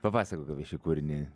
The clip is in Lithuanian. papasakok apie šį kūrinį